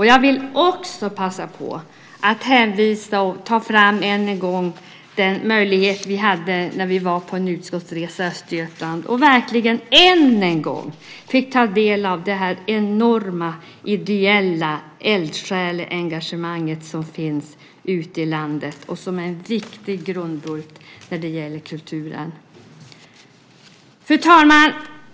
Jag vill passa på att än en gång nämna den utskottsresa som vi gjorde till Östergötland då vi verkligen återigen fick ta del av det enorma ideella eldsjälsengagemang som finns ute i landet och som är en viktig grundbult för kulturen. Fru talman!